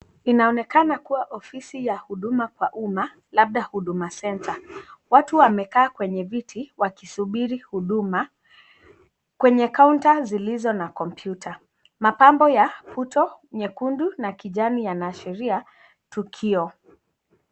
Inaonekana kuwa ofisi ya huduma kwa uma labda huduma centre watu wamekaa kwenye viti wakisubiri huduma kwenye kaunta zilizo na kompyuta. Mapambo ya futo , nyekundu na kijani yanaashiria tukio.